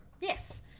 Yes